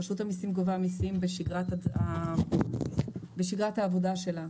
רשות המיסים גובה מיסים בשגרת העבודה שלה.